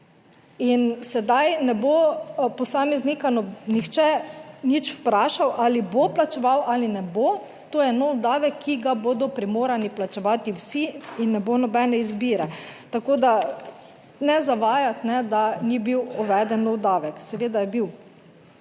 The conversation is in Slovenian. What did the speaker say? sedaj ne bo posameznika nihče nič vprašal ali bo plačeval ali ne bo. To je nov davek, ki ga bodo primorani plačevati vsi in ne bo nobene izbire. Tako da ne zavajati, da ni bil uveden nov davek, seveda je bil.